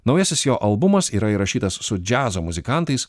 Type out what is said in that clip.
naujasis jo albumas yra įrašytas su džiazo muzikantais